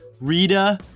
Rita